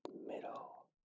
middle